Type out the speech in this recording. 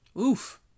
Oof